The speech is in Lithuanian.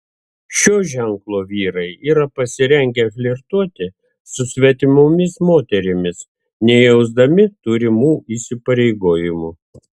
šio ženklo vyrai yra pasirengę flirtuoti su svetimomis moterimis nejausdami turimų įsipareigojimų